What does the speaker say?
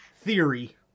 Theory